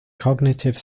cognitive